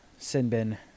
Sinbin